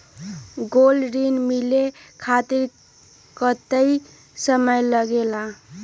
Gold ऋण मिले खातीर कतेइक समय लगेला?